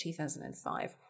2005